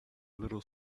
little